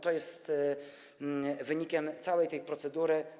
To jest wynik całej tej procedury.